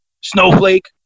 Snowflake